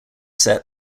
set